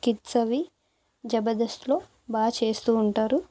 skits అవి జబర్దస్త్లో బాగా చేస్తు ఉంటారు